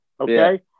Okay